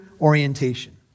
orientation